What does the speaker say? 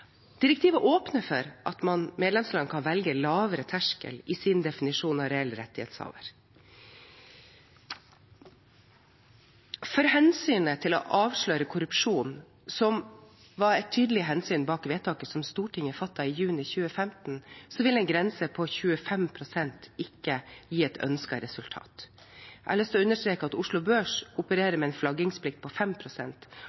Direktivet åpner for at medlemsland kan velge lavere terskel i sin definisjon av «reell rettighetshaver». For hensynet til å avsløre korrupsjon, som var et tydelig hensyn bak vedtaket som Stortinget fattet i juni 2015, vil en grense på 25 pst. ikke gi et ønsket resultat. Jeg har lyst til å understreke at Oslo Børs